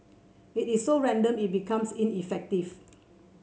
it is so random it becomes ineffective